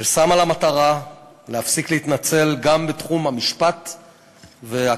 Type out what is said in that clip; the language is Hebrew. ששמה לה למטרה להפסיק להתנצל גם בתחום המשפט והקרקעות.